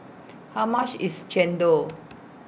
How much IS Chendol